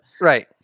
right